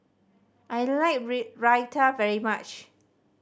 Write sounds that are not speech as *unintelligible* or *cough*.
I like *unintelligible* Raita very much